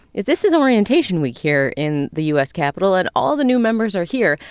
is this is orientation week here in the u s. capitol. and all the new members are here.